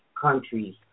countries